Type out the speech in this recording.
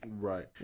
Right